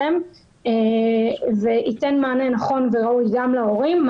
יחסי אמון מיוחדים בין הנהלות הגנים לבין ההורים.